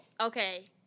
Okay